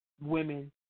women